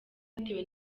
bitewe